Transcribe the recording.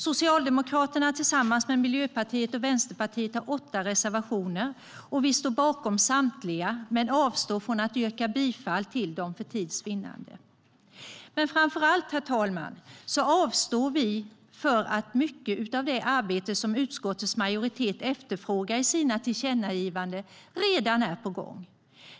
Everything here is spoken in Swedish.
Socialdemokraterna har tillsammans med Miljöpartiet och Vänsterpartiet åtta reservationer. Vi står bakom samtliga men avstår från att yrka bifall till dem, för tids vinnande. Framför allt, herr talman, avstår vi för att mycket av det arbete som utskottets majoritet efterfrågar i sina tillkännagivanden redan är på gång.